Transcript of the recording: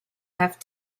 have